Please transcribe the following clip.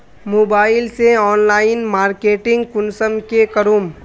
Mobile से online marketing कुंसम के करूम?